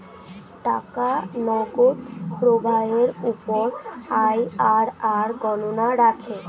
টাকার নগদ প্রবাহের উপর আইআরআর গণনা রাখে